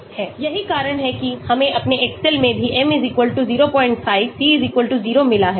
यही कारण है कि हमें अपने एक्सेल में भी m 05 c 0 मिला है